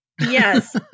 Yes